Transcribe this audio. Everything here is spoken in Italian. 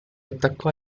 attaccò